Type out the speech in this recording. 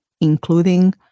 including